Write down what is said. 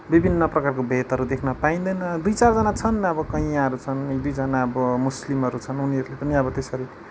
विभिन्न प्रकारको भेदहरू देख्न पाइँदैन दुई चारजना छन् अब कैँयाहरू छन् एक दुईजना अब मुस्लिमहरू छन् उनीहरूले पनि अब त्यसरी